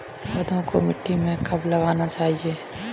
पौधों को मिट्टी में कब लगाना चाहिए?